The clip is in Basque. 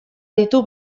ditu